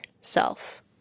self